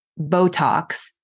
Botox